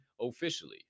officially